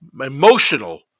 emotional